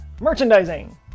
Merchandising